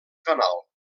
canal